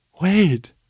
wait